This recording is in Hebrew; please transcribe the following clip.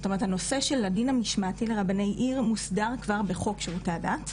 זאת אומרת הנושא של הדין המשמעתי לרבני עיר מוסדר כבר בחוק שירותי הדת.